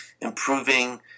improving